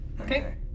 Okay